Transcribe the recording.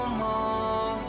more